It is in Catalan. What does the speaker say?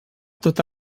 tot